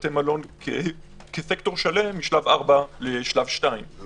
בתי מלון כסקטור שלם משלב 4 לשלב 2. זה